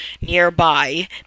nearby